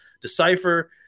decipher